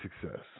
success